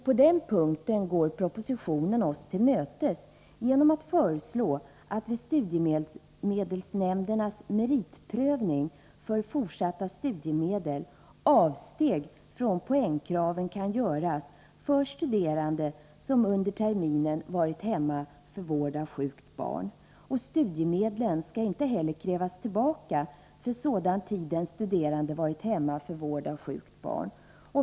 På den punkten går man oss till mötes i propositionen genom att föreslå att vid studiemedelsnämndernas meritprövning för fortsatta studiemedel avsteg från poängkraven kan göras för studerande som under terminen varit hemma för vård av sjukt barn. Studiemedlen skall inte heller krävas tillbaka för sådan tid då den studerande varit hemma för vård av sjukt barn.